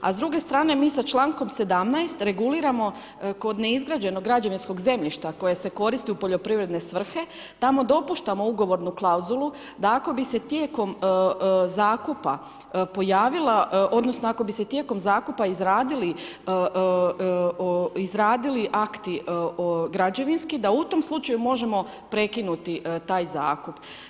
A s druge strane, mi sa čl. 17. reguliramo kod neizgrađenog građevinskog zemljišta koje se koristi u poljoprivredne svrhe, da mu dopuštamo ugovornu klauzulu, da ako bi se tijekom zakupa pojavila, odnosno, ako bi se tijekom zakupa izradili akti građevinski, da u tom slučaju možemo prekinuti taj zakup.